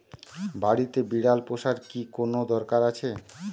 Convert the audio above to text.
বাড়িতে বিড়াল পোষার কি কোন দরকার আছে?